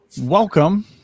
Welcome